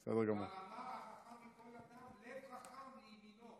כבר אמר החכם מכל אדם: "לב חכם לימינו".